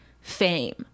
fame